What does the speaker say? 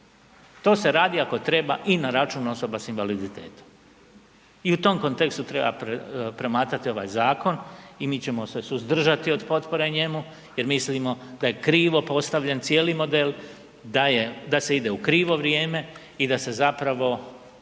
To se radi ako treba i na račun osoba sa invaliditetom i u tom kontekstu treba promatrati ovaj zakon i mi ćemo se suzdržati od potpore njemu jer mislimo da je krivo postavljen cijeli model, da se ide u krivo vrijeme i da se zapravo